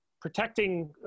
protecting